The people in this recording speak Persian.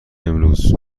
امروز